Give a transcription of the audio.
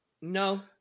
No